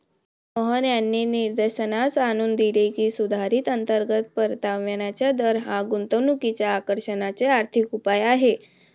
मोहन यांनी निदर्शनास आणून दिले की, सुधारित अंतर्गत परताव्याचा दर हा गुंतवणुकीच्या आकर्षणाचे आर्थिक उपाय आहे